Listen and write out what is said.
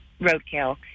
roadkill